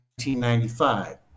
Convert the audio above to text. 1995